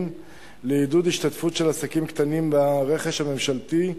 לעידוד השתתפות של עסקים קטנים ברכש הממשלתי,